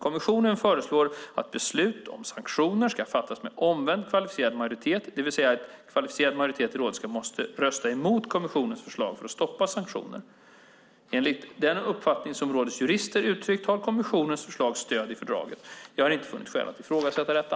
Kommissionen föreslår att beslut om sanktioner ska fattas med omvänd kvalificerad majoritet, det vill säga att en kvalificerad majoritet i rådet måste rösta emot kommissionens förslag för att stoppa sanktioner. Enligt den uppfattning som rådets jurister uttryckt har kommissionens förslag stöd i fördraget. Jag har inte funnit skäl att ifrågasätta detta.